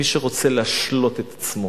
מי שרוצה להשלות את עצמו